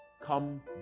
Come